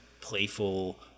playful